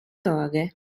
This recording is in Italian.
torre